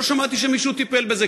לא שמעתי שמישהו טיפל בזה,